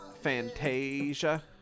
fantasia